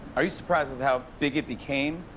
are you surprised with how big it became?